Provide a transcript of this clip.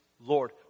Lord